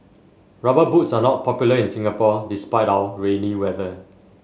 rubber boots are not popular in Singapore despite our rainy weather